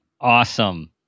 Awesome